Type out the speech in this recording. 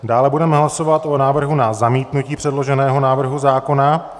Dále budeme hlasovat o návrhu na zamítnutí předloženého návrhu zákona.